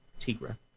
Tigra